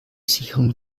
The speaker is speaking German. sicherung